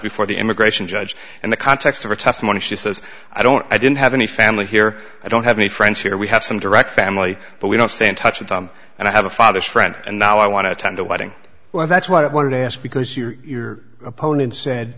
before the immigration judge and the context of her testimony she says i don't i didn't have any family here i don't have any friends here we have some direct family but we don't stay in touch with them and i have a father's friend and now i want to attend a wedding well that's what i wanted to ask because you're opponent said